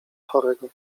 chorego